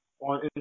on